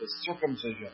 circumcision